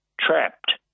trapped